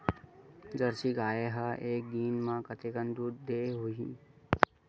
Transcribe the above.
Jersey गाय ह एक दिन म कतेकन दूध देत होही?